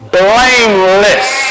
blameless